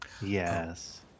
Yes